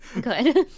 Good